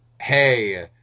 hey